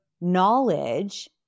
knowledge